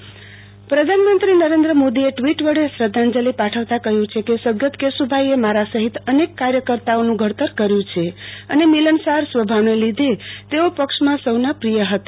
કેશુભાઈ ને શ્રદ્ધાંજલી પ્રધાનમંત્રી નરેન્દ્ર મોદી એ ટ્વિટ વડે શ્રદ્ધાંજલી પાઠવતા કહ્યું છે કે સદગત કેશુભાઈ એ મારા સહિત અનેક કાર્યકર્તાઓ નું ઘડતર કર્યું છે અને મિલનસાર સ્વભાવ ને લીધે તેઓ પક્ષ માં સૌ ના પ્રિય હતા